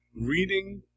reading